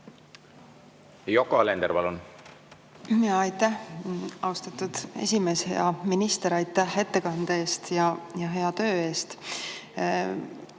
Yoko Alender, palun! Aitäh, austatud esimees! Hea minister, aitäh ettekande eest ja hea töö eest!